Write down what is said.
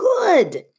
good